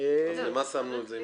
אז בשביל מה שמנו את זה?